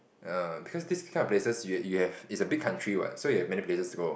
err because this kind of places you have you have is a big country what so have many places to go